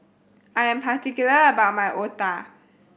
I am particular about my Otah